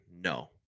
No